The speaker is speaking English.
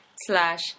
slash